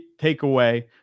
takeaway